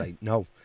no